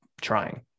trying